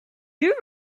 you